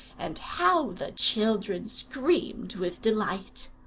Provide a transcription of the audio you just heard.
and how the children screamed with delight!